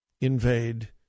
invade